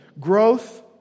growth